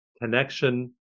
connection